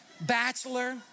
Bachelor